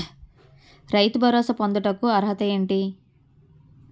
రైతు భరోసా పొందుటకు అర్హత ఏంటి?